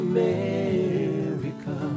America